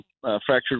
fractured